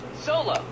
Solo